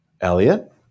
Elliot